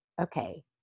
okay